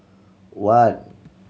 one